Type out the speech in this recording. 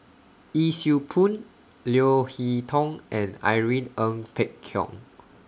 Yee Siew Pun Leo Hee Tong and Irene Ng Phek Hoong